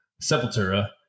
Sepultura